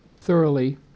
thoroughly